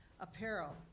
apparel